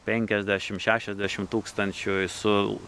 penkiasdešim šešiasdešim tūkstančių su